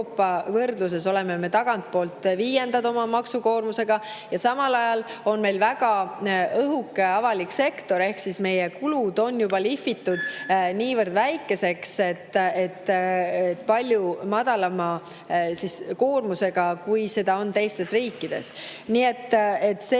võrdluses oleme me tagantpoolt viiendad oma maksukoormusega. Ja samal ajal on meil väga õhuke avalik sektor ehk siis meie kulud on juba lihvitud niivõrd väikeseks, et oleme palju madalama koormusega, kui see on teistes riikides. Nii et see